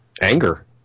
anger